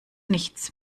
nichts